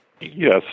Yes